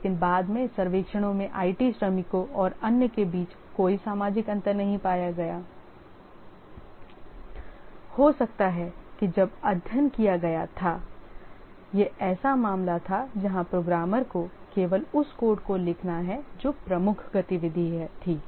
लेकिन बाद में सर्वेक्षणों में आईटी श्रमिकों और अन्य के बीच कोई सामाजिक अंतर नहीं पाया गया हो सकता है कि जब अध्ययन किया गया था यह ऐसा मामला था जहां प्रोग्रामर को केवल उस कोड को लिखना है जो प्रमुख गति विधि थी